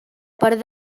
per